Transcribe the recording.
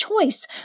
choice